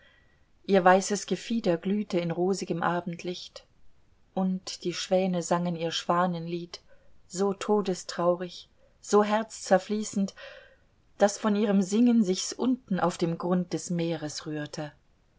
ihr weißes gefieder glühte in rosigem abendlicht und die schwäne sangen ihr schwanenlied so todestraurig so herzzerfließend daß von ihrem singen sich's unten auf dem grund des meeres rührte